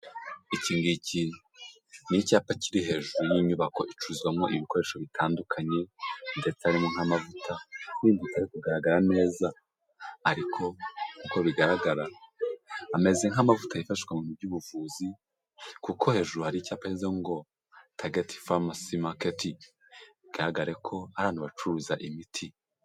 Iki ngiki ni icyapa kiri hejuru y'inyubako icuruzwamo ibikoresho bitandukanye, ndetse harimo nk'amavuta n'ibindi bitari kugaragara neza. Ariko uko bigaragara ameze nk'amavuta yifashishwa mu bintu by'ubuvuzi, kuko hejuru hari icyapa handitseho ngo Target pharmacy market. Bigaragare ko ari ahantu bacuruza imiti.